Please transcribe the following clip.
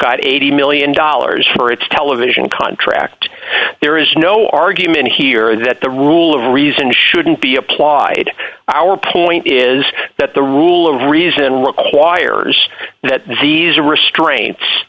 got eighty million dollars for its television contract there is no argument here that the rule of reason shouldn't be applied to our point is that the rule of reason requires that disease restraints